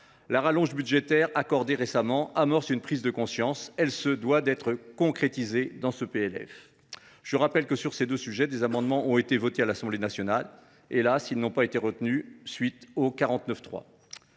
La rallonge budgétaire accordée récemment semble être l’amorce d’une prise de conscience. Elle se doit d’être concrétisée dans ce PLF. Je rappelle que, sur ces deux sujets, des amendements ont été votés à l’Assemblée nationale. Ils n’ont – hélas !– pas été retenus dans le cadre